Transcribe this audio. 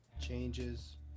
changes